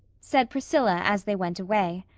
said priscilla as they went away.